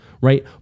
Right